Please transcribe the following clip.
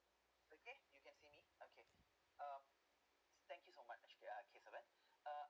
okay you can see me okay um thank you so much ya kesavan uh